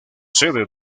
sede